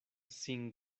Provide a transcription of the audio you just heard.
sin